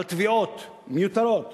על תביעות מיותרות,